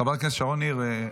חברת הכנסת שרון ניר.